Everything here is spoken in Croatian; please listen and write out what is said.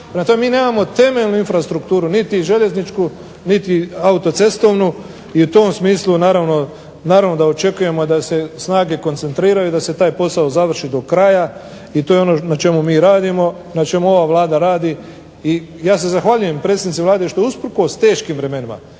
mi nemamo temeljnu infrastrukturu niti željezničku niti autocestovnu i u tom smislu naravno da očekujemo da se snage koncentriraju da se taj posao završi do kraja i to je ono na čemu mi radimo, na čemu ova Vlada radi. I ja se zahvaljujem predsjednici Vlade što usprkos teškim vremenima,